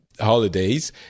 holidays